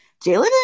Jalen